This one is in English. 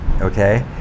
okay